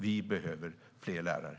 Vi behöver fler lärare.